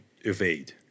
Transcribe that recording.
evade